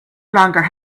longer